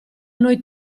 noi